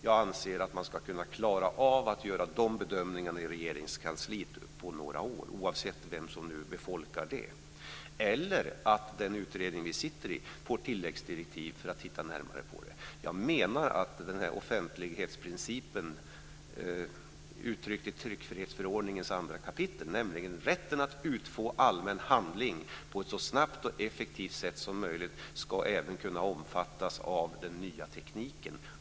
Jag anser att man ska kunna klara av att göra de bedömningarna i Regeringskansliet på några år - oavsett vem som befolkar det - eller också kan den utredning som vi nu sitter i få tilläggsdirektiv för att titta närmare på detta. Jag menar att offentlighetsprincipen, uttryckt i tryckfrihetsförordningens andra kapitel, nämligen rätten att utfå allmän handling på ett så snabbt och effektivt sätt som möjligt även ska kunna omfattas av den nya tekniken.